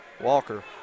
Walker